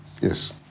yes